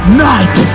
night